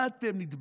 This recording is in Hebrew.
מה אתם נדבקתם?